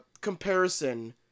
comparison